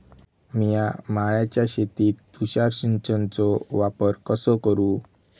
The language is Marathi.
मिया माळ्याच्या शेतीत तुषार सिंचनचो वापर कसो करू?